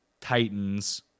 Titans